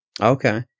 Okay